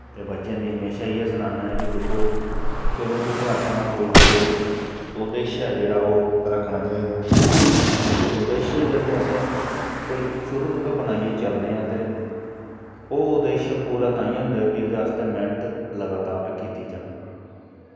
ते बच्चें दी हमेशा इ'यै सखाना ऐं कि दिक्खो शुरू तों गै अपना कोई ना कोई उदेश्य जेह्ड़ा ओह् रक्खना चाहिदा क्योंकि उद्देश जदूं असें कोई शुरू तों गै बनाइयै चलने आं ते ओह् उद्देश पूरा ताइयें होंदा ऐ कि ओह्दे आस्तै मेह्नत लगातार कीती जा